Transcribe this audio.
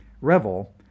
Revel